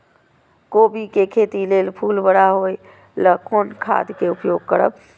कोबी के खेती लेल फुल बड़ा होय ल कोन खाद के उपयोग करब?